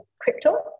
crypto